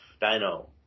Dino